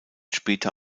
später